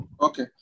Okay